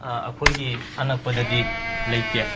ꯑꯩꯈꯣꯏꯒꯤ ꯑꯅꯛꯄꯗꯗꯤ ꯂꯩꯇꯦ